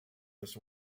this